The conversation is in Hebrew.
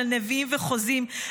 של נביאים וחוזים,